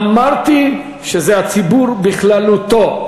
אמרתי שזה הציבור בכללותו.